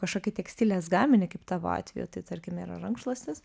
kažkokį tekstilės gaminį kaip tavo atveju tai tarkime yra rankšluostis